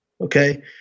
Okay